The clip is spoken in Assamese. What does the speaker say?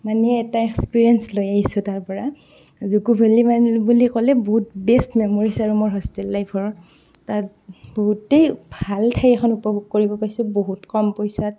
মানে এটা এক্সপিৰিয়েঞ্চ লৈ আহিছোঁ তাৰপৰা জুক' ভেলী বুলি ক'লে বহুত বেষ্ট মেম'ৰিজ আৰু মোৰ হোষ্টেল লাইফৰ তাত বহুতেই ভাল ঠাই এখন উপভোগ কৰিব পাইছোঁ বহুত কম পইচাত